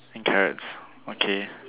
and carrots okay